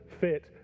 fit